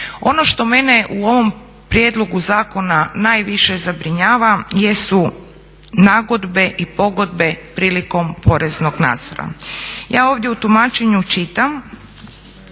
Ono što mene u ovom prijedlogu zakona najviše zabrinjava jesu nagodbe i pogodbe prilikom poreznog nadzora. Ja ovdje u tumačenju čitam